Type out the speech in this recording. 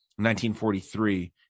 1943